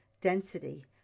density